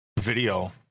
video